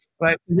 right